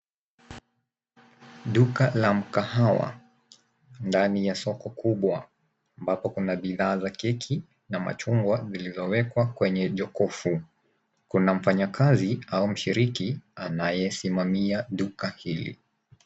Duka la mkahawa ndani ya soko kubwa ambapo kuna bidhaa za keki na machungwa zilizowekwa kwenye jokovu. Kuna mfanyakazi au mshiriki anayesimamia duka hili.